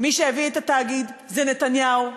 מי שהביא את התאגיד זה נתניהו,